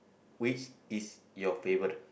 which is your favourite